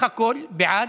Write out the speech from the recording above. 16 בסך הכול בעד,